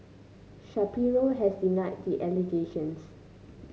Shapiro has denied the allegations